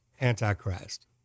antichrist